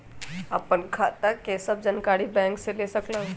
आपन खाता के सब जानकारी बैंक से ले सकेलु?